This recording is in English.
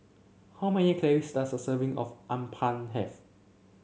how many calories does a serving of Appam have